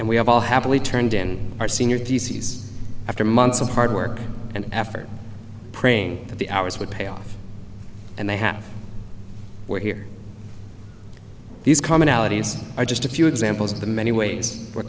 and we have all happily turned in our senior theses after months of hard work and effort praying that the hours would pay off and they have more here these commonalities are just a few examples of the many ways we're